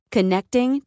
Connecting